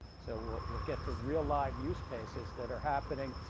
so we'll get to real live use cases that are happening